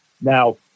Now